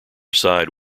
side